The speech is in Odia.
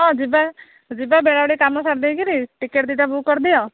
ହଁ ଯିବା ଯିବା ବେଳାରେ କାମ ସାରି ଦେଇକିରି ଟିକେଟ୍ ଦି'ଟା ବୁକ୍ କରିଦିଅ